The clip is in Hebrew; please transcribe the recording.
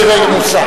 מירי רגב, מוסר.